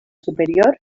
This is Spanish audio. superior